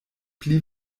pli